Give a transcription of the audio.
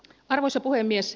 arvoisa puhemies